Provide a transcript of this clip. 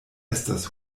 estas